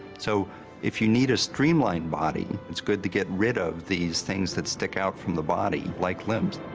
so if you need a streamlined body, it's good to get rid of these things that stick out from the body, like limbs.